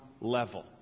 level